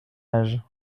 âge